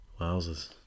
Wowzers